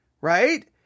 right